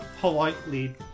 politely